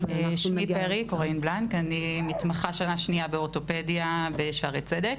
אני מתמחה שנה שנייה באורתופדיה בשערי צדק.